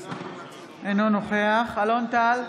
אינו נוכח אלון טל,